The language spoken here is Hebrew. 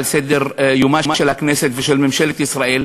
על סדר-היום של הכנסת ושל ממשלת ישראל,